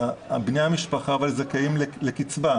אבל בני המשפחה זכאים לקצבה,